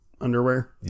underwear